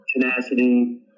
tenacity